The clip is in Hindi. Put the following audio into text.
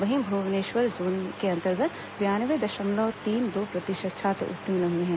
वहीं भुवनेश्वर जोन के अंतर्गत बयानवे दशमलव तीन दो प्रतिशत छात्र उत्तीर्ण हुए हैं